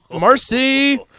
Marcy